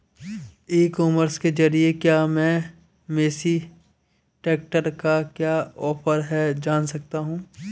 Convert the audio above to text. ई commerce के ज़रिए क्या मैं मेसी ट्रैक्टर का क्या ऑफर है जान सकता हूँ?